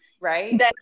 Right